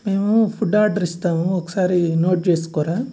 మేము food order ఇస్తాము ఒకసారి నోట్ చేసుకోరా